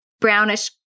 brownish